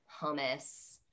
hummus